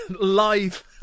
Live